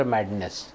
Madness